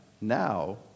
Now